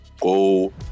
go